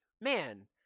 man